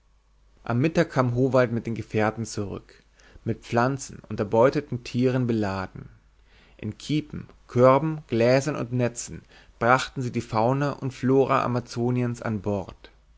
am mittag kam howald mit den gefährten zurück mit pflanzen und erbeuteten tieren beladen in kiepen körben gläsern und netzen brachten sie die fauna und flora amazoniens an bord